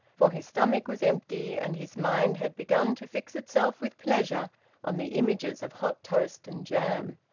for his stomach was empty and his mind had begun to fix itself with pleasure on the images of hot toast and jam.